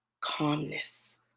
calmness